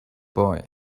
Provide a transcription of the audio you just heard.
boy